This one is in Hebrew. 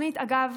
דרך אגב,